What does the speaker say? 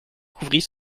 couvrit